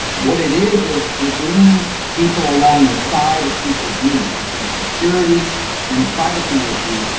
what it is is you're bringing people along the side of people's units. and so a security and a privacy issue,